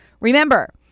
Remember